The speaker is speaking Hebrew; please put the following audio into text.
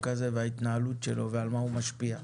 הזה ועל ההתנהלות שלו ועל מה הוא משפיע.